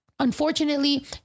unfortunately